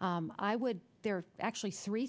i would there are actually three